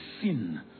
sin